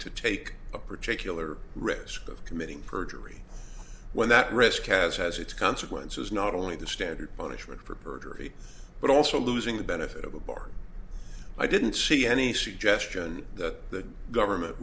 to take a particular risk of committing perjury when that risk has has its consequences not only the standard punishment for perjury but also losing the benefit of a bar i didn't see any suggestion that the government